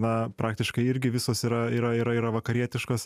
na praktiškai irgi visos yra yra yra yra vakarietiškos